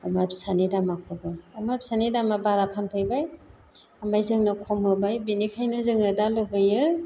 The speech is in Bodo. अमा फिसानि दामखौबो अमा फिसानि दामा बारा फानफैबाय ओमफ्राय जोंनो खम होबाय बेनिखायनो जोङो दा लुबैयो